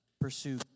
pursue